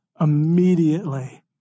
immediately